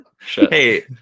Hey